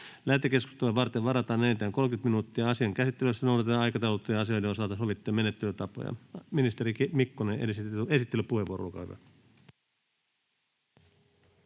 Lähetekeskusteluun varataan enintään 30 minuuttia. Asian käsittelyssä noudatetaan aikataulutettujen asioiden osalta sovittuja menettelytapoja. — Ministeri Mikkonen, esittelypuheenvuoro,